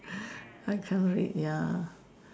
I can't read ya